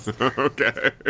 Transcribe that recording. Okay